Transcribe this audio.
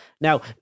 now